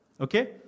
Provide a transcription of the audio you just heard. Okay